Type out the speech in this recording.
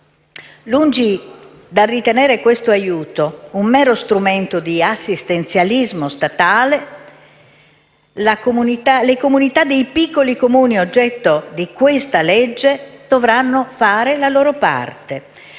Lungi dal ritenere questo aiuto un mero strumento di assistenzialismo statale, le comunità dei piccoli Comuni oggetto del provvedimento dovranno fare la loro parte.